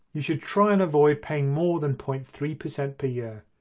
you should try and avoid paying more than point three percent per year.